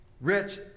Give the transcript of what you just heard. Rich